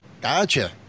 Gotcha